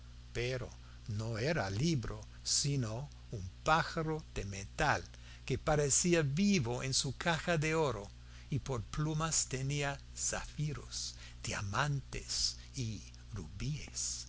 pero no era libro sino un pájaro de metal que parecía vivo en su caja de oro y por plumas tenía zafiros diamantes y rubíes